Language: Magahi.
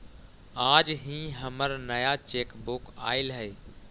आज ही हमर नया चेकबुक आइल हई